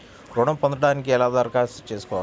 ఋణం పొందటానికి ఎలా దరఖాస్తు చేయాలి?